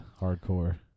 hardcore